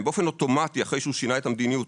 באופן אוטומטי אחרי שהוא שינה את המדיניות,